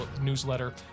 newsletter